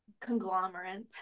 conglomerate